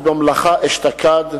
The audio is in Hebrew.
במוצאי-שבת,